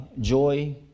joy